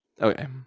Okay